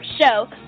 show